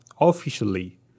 officially